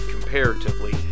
comparatively